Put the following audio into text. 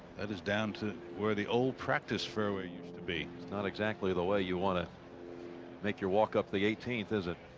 that is down to where? the old practice for what used to be. not exactly the way you want to make your walk up. the eighteenth is it.